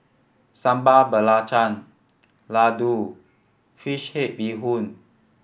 Sambal Belacan laddu fish head bee hoon